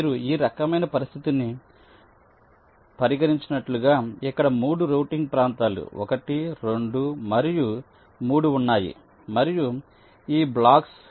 మీరు ఈ రకమైన పరిస్థితిని పరిగణించినట్లుగా ఇక్కడ 3 రౌటింగ్ ప్రాంతాలు 1 2 మరియు 3 ఉన్నాయి మరియు ఇవి బ్లాక్స్